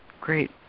great